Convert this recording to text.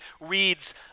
reads